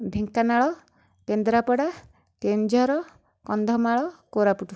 Dhenkanal Kendrapara Keonjhar Kandhamal Koraput